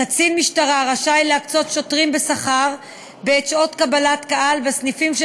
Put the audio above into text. קצין משטרה רשאי להקצות שוטרים בשכר בעת שעות קבלת קהל בסניפים של